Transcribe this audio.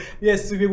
Yes